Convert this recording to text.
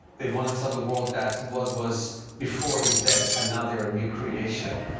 they want to tell the world that what was before is dead, and now they're a new creation.